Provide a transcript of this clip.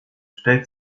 stellt